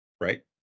right